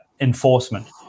enforcement